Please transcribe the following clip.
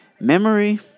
Memory